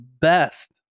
best